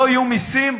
לא יהיו מסים,